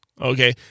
Okay